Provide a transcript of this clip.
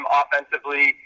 offensively